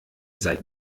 sei